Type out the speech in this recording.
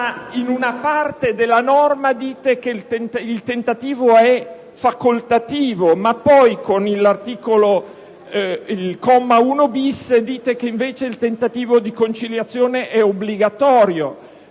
In una parte della norma dite che il tentativo è facoltativo ma poi, con il comma 1-*bis*, dite che invece il tentativo di conciliazione è obbligatorio.